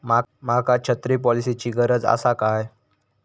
माका छत्री पॉलिसिची गरज आसा काय?